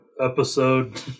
episode